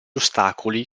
ostacoli